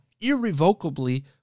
irrevocably